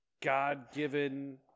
God-given